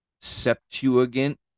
Septuagint